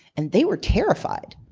and they were terrified.